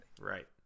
right